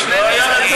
היו שני נציגים.